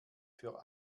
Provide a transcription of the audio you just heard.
für